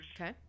Okay